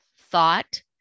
Thought